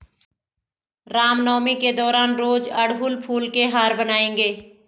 रामनवमी के दौरान रोज अड़हुल फूल के हार बनाएंगे